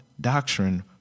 doctrine